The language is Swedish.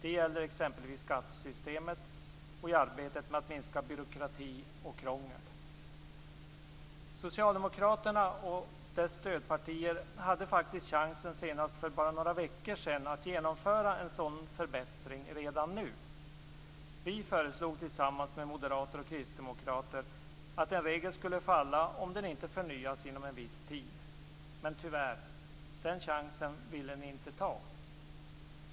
Det gäller exempelvis skattesystemet och arbetet med att minska byråkrati och krångel. Socialdemokraterna och deras stödpartier hade faktiskt chansen senast för bara några veckor sedan att genomföra en sådan förbättring redan nu. Vi föreslog, tillsammans med moderater och kristdemokrater, att en regel skulle falla om den inte förnyas inom en viss tid. Tyvärr ville ni inte ta den chansen.